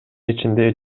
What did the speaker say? ичинде